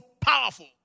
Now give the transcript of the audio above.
powerful